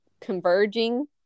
converging